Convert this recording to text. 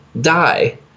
die